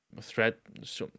threat